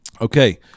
Okay